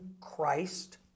Christ